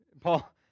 Paul